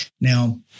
now